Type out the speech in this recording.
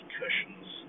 cushions